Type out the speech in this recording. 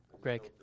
Greg